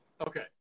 Okay